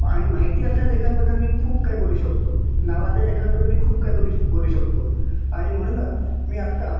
आणि माहिती असलेल्या लेखकांबद्दल मी खूप काही बोलू शकतो नावाजलेल्या लेखकांबद्दल मी खूप काही करू श बोलू शकतो आणि म्हणूनच मी आत्ता